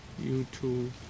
YouTube